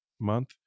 month